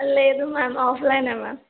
లేదు ma'am offline ma'am